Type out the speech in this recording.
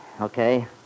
Okay